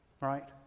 right